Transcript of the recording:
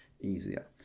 easier